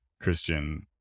Christian